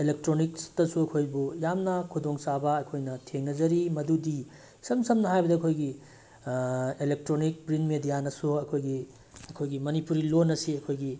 ꯑꯦꯂꯦꯛꯇ꯭ꯔꯣꯅꯤꯛꯁꯇꯁꯨ ꯑꯩꯈꯣꯏꯕꯨ ꯌꯥꯝꯅ ꯈꯨꯗꯣꯡꯆꯥꯕ ꯑꯩꯈꯣꯏꯅ ꯊꯦꯡꯅꯖꯔꯤ ꯃꯗꯨꯗꯤ ꯏꯁꯝ ꯁꯝꯅ ꯍꯥꯏꯕꯗ ꯑꯩꯈꯣꯏꯒꯤ ꯑꯦꯂꯦꯛꯇ꯭ꯔꯣꯅꯤꯛ ꯄ꯭ꯔꯤꯟ ꯃꯦꯗꯤꯌꯥꯅꯁꯨ ꯑꯩꯈꯣꯏꯒꯤ ꯑꯩꯈꯣꯏꯒꯤ ꯃꯅꯤꯄꯨꯔꯤ ꯂꯣꯜ ꯑꯁꯤ ꯑꯩꯈꯣꯏꯒꯤ